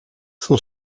son